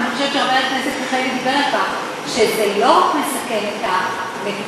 אני חושבת שחבר הכנסת מיכאלי דיבר על כך שזה לא רק מסכן את המטופל,